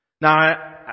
Now